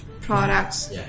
products